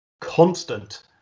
constant